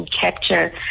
capture